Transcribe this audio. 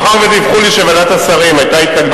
מאחר שדיווחו שבוועדת השרים היתה התנגדות,